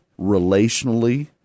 relationally